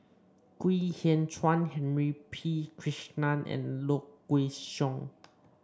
Kwek Hian Chuan Henry P Krishnan and Low Kway Song